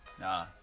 Nah